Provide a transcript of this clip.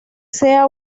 sea